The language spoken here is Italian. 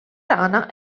rana